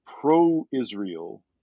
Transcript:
pro-Israel